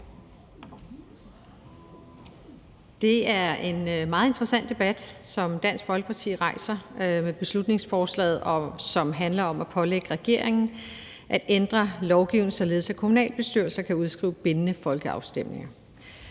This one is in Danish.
Det er en meget interessant debat, som Dansk Folkeparti rejser med beslutningsforslaget. Det handler om at pålægge regeringen at ændre lovgivningen, således at kommunalbestyrelser kan udskrive bindende folkeafstemninger.